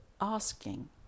asking